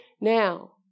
Now